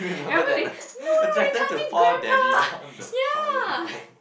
remember they no no we coming grandpa yeah